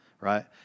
right